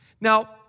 Now